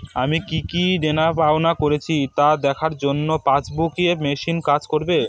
আমি কি কি দেনাপাওনা করেছি তা দেখার জন্য পাসবুক ই মেশিন কাজ করবে?